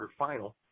quarterfinal